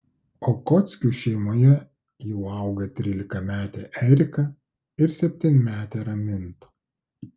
okockių šeimoje jau auga trylikametė erika ir septynmetė raminta